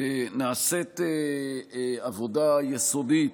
נעשית עבודה יסודית